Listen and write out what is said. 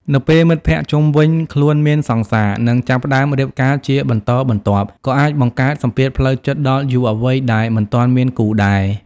នៅពេលមិត្តភក្តិជុំវិញខ្លួនមានសង្សារ នឹងចាប់ផ្តើមរៀបការជាបន្តបន្ទាប់ ក៏អាចបង្កើតសម្ពាធផ្លូវចិត្តដល់យុវវ័យដែលមិនទាន់មានគូដែរ ។